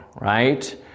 Right